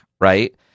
right